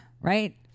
right